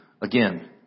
again